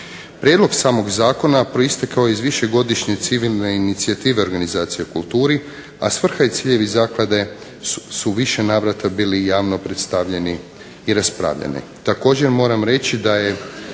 Prijedlog samog zakona proistekao je iz višegodišnje civilne inicijative organizacija u kulturi, a svrha i ciljevi zaklade su u više navrata bili javno predstavljeni i raspravljani.